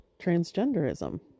transgenderism